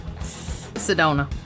Sedona